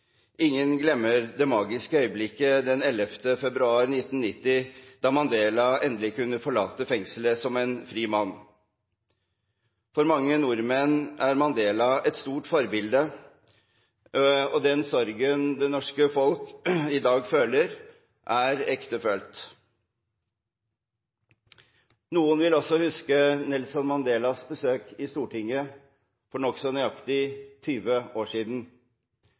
Ingen glemmer det magiske øyeblikket den 11. februar 1990, da Mandela endelig kunne forlate fengselet som en fri mann. For mange nordmenn er Mandela et stort forbilde, og den sorgen det norske folk i dag føler, er ektefølt. Noen vil også huske Nelson Mandelas besøk i Stortinget for nokså nøyaktig 20 år siden.